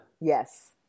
Yes